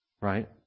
Right